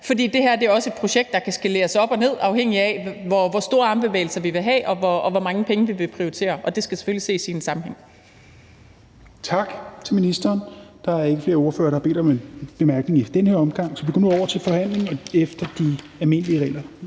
det her er også et projekt, der kan skaleres op og ned, afhængigt af hvor store armbevægelser vi vil have, og hvor mange penge vi vil prioritere til det, og det skal selvfølgelig ses i en sammenhæng.